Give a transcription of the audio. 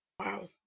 Wow